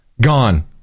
Gone